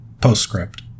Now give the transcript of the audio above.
Postscript